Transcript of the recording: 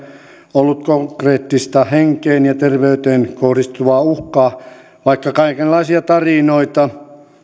ollut konkreettista henkeen ja terveyteen kohdistuvaa uhkaa vaikka kaikenlaisia tarinoita